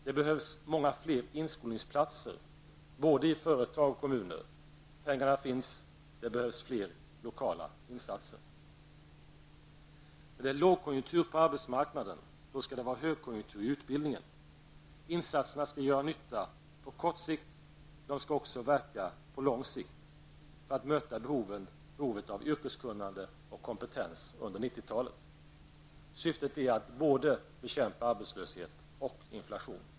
Det behövs många fler inskolningsplatser både i företag och kommuner -- pengarna finns, det behövs fler lokala insatser. När det är lågkonjunktur på arbetsmarknaden skall det vara högkonjunktur i utbildningen. Insatserna skall göra nytta på kort sikt, men de skall också verka på lång sikt för att möta behovet av yrkeskunnande och kompetens under 90-talet. Syftet är att både bekämpa både arbetslöshet och inflation.